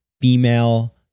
female